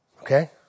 Okay